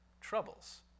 troubles